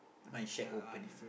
my shack open